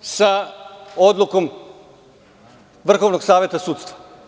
sa odlukom Vrhovnog saveta sudstva.